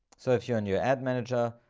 so if you're a new ad manager,